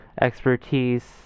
expertise